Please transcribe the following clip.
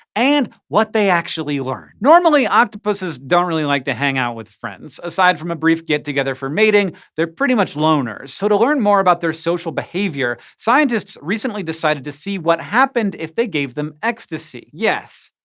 and what they actually learned. normally, octopuses don't really like to hang out with friends. aside from a brief get together for mating, they're pretty much loners. so to learn more about their social behavior, scientists recently decided to see what happened if they gave them ecstasy. yes,